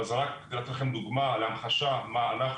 אבל זו רק דוגמה להמחשה מה אנחנו,